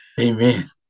Amen